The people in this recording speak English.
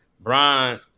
Brian